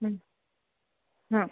हां